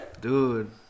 dude